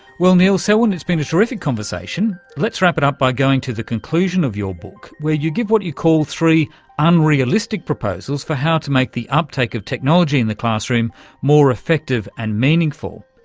well, neil selwyn, it's been a terrific conversation. let's wrap it up by going to the conclusion of your book where you give what you call three unrealistic proposals for how to make the uptake of technology in the classroom more effective and meaningful.